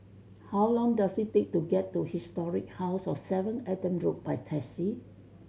how long does it take to get to Historic House of seven Adam Road by taxi